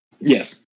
Yes